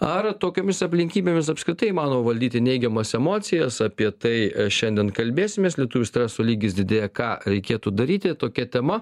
ar tokiomis aplinkybėmis apskritai įmanoma valdyti neigiamas emocijas apie tai šiandien kalbėsimės lietuvių streso lygis didėja ką reikėtų daryti tokia tema